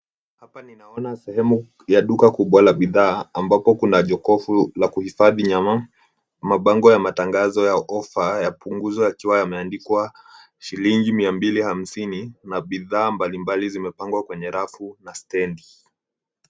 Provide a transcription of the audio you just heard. Hapa ninaona sehemu ya duka kubwa la bidhaa ambapo kuna jokofu la kuhifadhi nyama, mabango ya matangazo ya ofa ya punguzo yakiwa yameandikwa shilingi mia mbili hamsini na bidhaa mbalimbali zimepangwa kwenye rafu na stendi.